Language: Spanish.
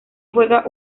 juega